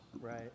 Right